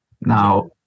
Now